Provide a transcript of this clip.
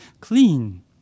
clean